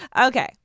Okay